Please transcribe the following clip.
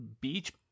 beach